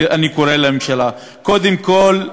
לכן אני קורא לממשלה, קודם כול,